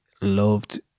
loved